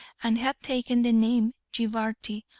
and had taken the name jibarty,